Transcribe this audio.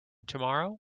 tomorrow